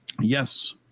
Yes